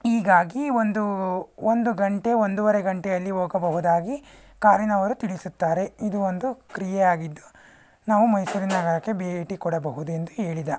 ಹೀಗಾಗಿ ಒಂದು ಒಂದು ಗಂಟೆ ಒಂದೂವರೆ ಗಂಟೆಯಲ್ಲಿ ಹೋಗಬಹುದಾಗಿ ಕಾರಿನವರು ತಿಳಿಸುತ್ತಾರೆ ಇದು ಒಂದು ಕ್ರಿಯೆ ಆಗಿದ್ದು ನಾವು ಮೈಸೂರಿನ ನಗರಕ್ಕೆ ಭೇಟಿ ಕೊಡಬಹುದು ಎಂದು ಹೇಳಿದ